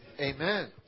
Amen